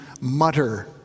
mutter